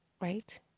right